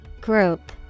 Group